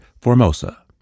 Formosa